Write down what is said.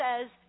says